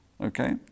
Okay